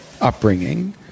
upbringing